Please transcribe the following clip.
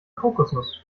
kokosnuss